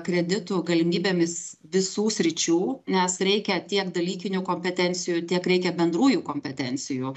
kreditų galimybėmis visų sričių nes reikia tiek dalykinių kompetencijų tiek reikia bendrųjų kompetencijų